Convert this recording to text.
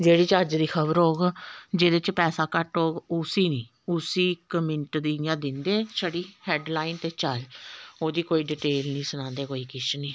जेह्ड़ी चज्ज दी खबर होग जेहदे च पैसा घट्ट होग उस्सी निं उस्सी इक मिन्ट दी इ'यां दिंदे छड़ी हैडलाइन ते चल ओह्दी कोई डिटेल निं सनांदे कोई किश नेईं